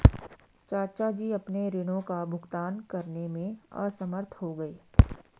चाचा जी अपने ऋणों का भुगतान करने में असमर्थ हो गए